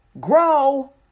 Grow